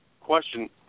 question